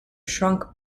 shrunk